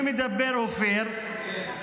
אופיר,